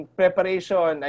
preparation